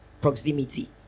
proximity